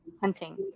hunting